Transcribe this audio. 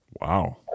Wow